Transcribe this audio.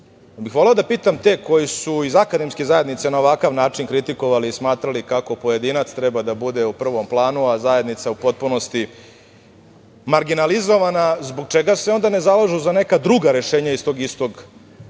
bih da pitam te koji su iz akademske zajednice na ovakav način kritikovali i smatrali kako pojedinac treba da bude u prvom planu, a zajednica u potpunosti marginalizovana, zbog čega se onda ne zalažu za neka druga rešenja iz tog istog